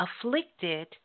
afflicted